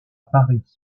paris